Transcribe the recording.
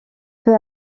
peu